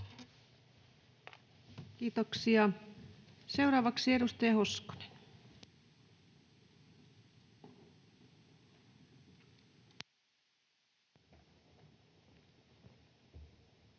Kiitoksia. — Seuraavaksi edustaja Hoskonen. [Speech